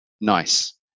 nice